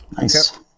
Nice